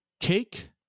Cake